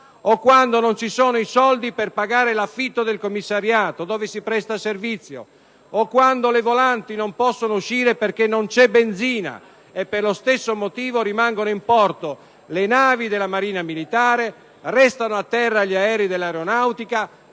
o quando non ci sono i soldi per pagare l'affitto del commissariato dove si presta servizio, o quando le volanti non possono uscire perché non c'è benzina e per lo stesso motivo rimangono in porto le navi della Marina militare, restano a terra gli aerei dell'Aeronautica,